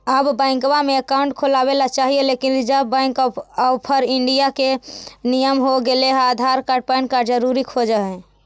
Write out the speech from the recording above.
आब बैंकवा मे अकाउंट खोलावे ल चाहिए लेकिन रिजर्व बैंक ऑफ़र इंडिया के नियम हो गेले हे आधार कार्ड पैन कार्ड जरूरी खोज है?